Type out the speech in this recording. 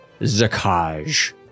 zakaj